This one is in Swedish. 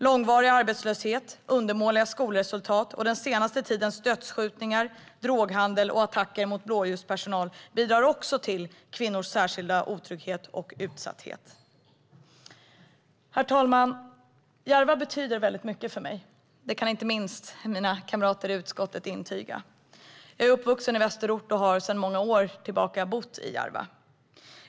Långvarig arbetslöshet, undermåliga skolresultat, den senaste tidens dödsskjutningar, droghandel och attacker mot blåljuspersonal bidrar också till kvinnornas särskilda otrygghet och utsatthet. Herr talman! Järva betyder väldigt mycket för mig; det kan inte minst mina kamrater i utskottet intyga. Jag är uppvuxen i västerort och bor sedan många år tillbaka i Järva.